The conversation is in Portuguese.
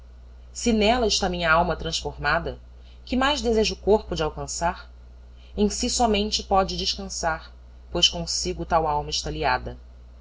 se nela está minha alma transformada que mais deseja o corpo de alcançar em si sòmente pode descansar pois consigo tal alma está liada